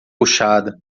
puxada